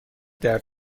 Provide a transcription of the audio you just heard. درد